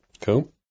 Cool